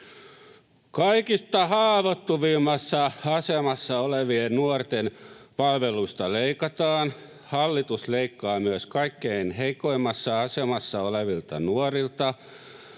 ”Kaikista haavoittuvimmassa asemassa olevien nuorten palveluista leikataan.” ”Hallitus leikkaa myös kaikkein heikoimmassa asemassa olevilta nuorilta.”